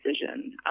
decision